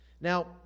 Now